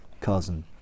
cousin